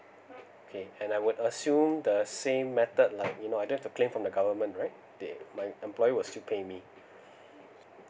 okay and I would assume the same method like you know I don't have to claim from the government right they my employee will still pay me